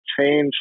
change